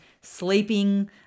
sleeping